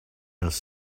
els